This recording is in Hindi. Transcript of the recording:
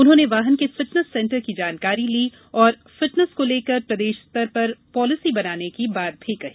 उन्होंने वाहन के फिटनेस सेंटर की जानकारी ली और फिटनेस को लेकर प्रदेश स्तर पर पालिसी बनाने की बात कही